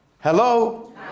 Hello